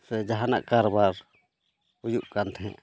ᱥᱮ ᱡᱟᱦᱟᱱᱟᱜ ᱠᱟᱨᱵᱟᱨ ᱦᱩᱭᱩᱜ ᱠᱟᱱ ᱛᱟᱦᱮᱸᱫ